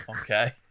Okay